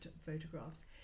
photographs